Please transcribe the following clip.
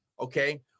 okay